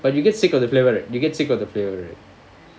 but you get sick of the flavour right you get sick of the flavour right